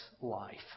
life